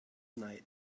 night